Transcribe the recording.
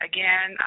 Again